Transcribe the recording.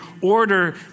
order